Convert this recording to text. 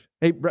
hey